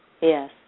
Yes